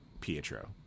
Pietro